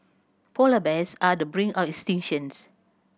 polar bears are the brink of extinctions